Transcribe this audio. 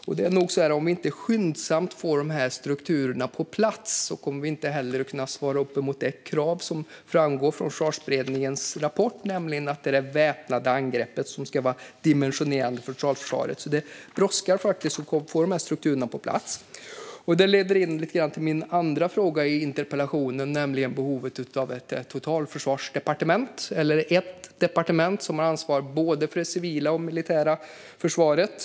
Om vi inte skyndsamt får dessa strukturer på plats kommer vi inte att kunna svara upp mot det krav som framgår i Försvarsberedningens rapport, nämligen att det är det väpnade angreppet som ska vara dimensionerande för totalförsvaret. Det brådskar att få dessa strukturer på plats. Detta leder in till min andra fråga i interpellationen, nämligen behovet av ett totalförsvarsdepartement, eller ett departement som har ansvar både för det civila och för det militära försvaret.